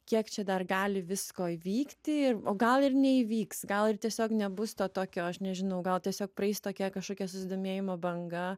kiek čia dar gali visko įvykti ir o gal ir neįvyks gal ir tiesiog nebus to tokio aš nežinau gal tiesiog praeis tokia kažkokia susidomėjimo banga